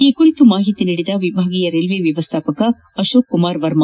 ಈ ಕುರಿತು ಮಾಹಿತಿ ನೀಡಿದ ವಿಭಾಗೀಯ ರೈಲ್ವೆ ವ್ಯವಸ್ಥಾಪಕ ಅರೋಕ್ ಕುಮಾರ್ ವರ್ಮ